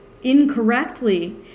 incorrectly